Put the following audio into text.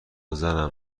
زنم